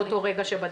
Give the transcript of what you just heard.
לאותו רגע שבדקת.